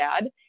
dad